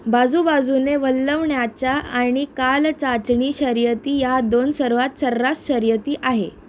बाजूबाजूने वल्हवण्याच्या आणि काल चाचणी शर्यती या दोन सर्वात सर्रास शर्यती आहे